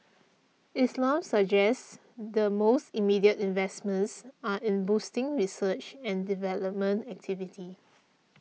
Islam suggests the most immediate investments are in boosting research and development activity